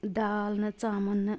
دال نہٕ ژامن نہٕ